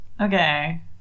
Okay